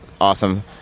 awesome